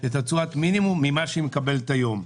את תשואת המינימום ממה שהיא מקבלת היום.